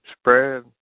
spread